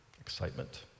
excitement